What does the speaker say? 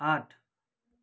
आठ